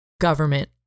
government